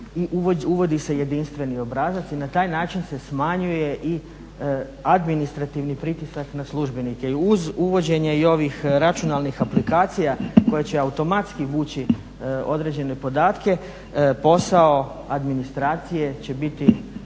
uvodi se jedinstveni obrazac i na taj način se smanjuje i administrativni pritisak na službenike uz uvođenje i ovih računalnih aplikacija koje će automatski vuči određene podatke. Posao administracije će biti